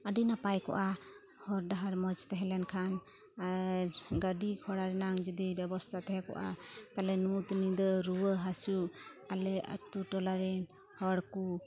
ᱟᱹᱰᱤ ᱱᱟᱯᱟᱭ ᱠᱚᱜᱼᱟ ᱦᱚᱨ ᱰᱟᱦᱟᱨ ᱢᱚᱡᱽ ᱛᱟᱦᱮᱸ ᱞᱮᱱᱠᱷᱟᱱ ᱜᱟᱹᱰᱤ ᱜᱷᱚᱲᱟ ᱨᱮᱱᱟᱝ ᱡᱩᱫᱤ ᱵᱮᱵᱚᱥᱛᱟ ᱛᱟᱦᱮᱸ ᱠᱚᱜᱼᱟ ᱛᱟᱦᱚᱞᱮ ᱧᱩᱛ ᱧᱤᱫᱟᱹ ᱨᱩᱣᱟᱹ ᱦᱟᱥᱩ ᱟᱞᱮ ᱟᱹᱛᱩ ᱴᱚᱞᱟ ᱨᱮᱱ ᱦᱚᱲ ᱠᱚ